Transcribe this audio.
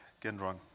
Gendron